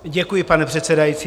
Děkuji, pane předsedající.